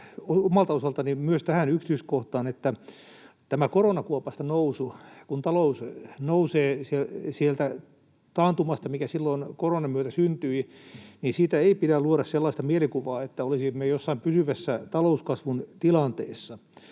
omalta osaltani myös tähän yksityiskohtaan, että tästä koronakuopasta noususta, kun talous nousee sieltä taantumasta, mikä silloin koronan myötä syntyi, ei pidä luoda sellaista mielikuvaa, että olisimme jossain pysyvässä talouskasvun tilanteessa,